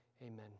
Amen